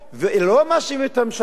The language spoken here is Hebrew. ולא מאשימים את הממשלה,